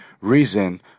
reason